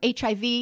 HIV